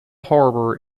harbour